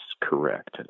correct